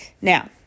Now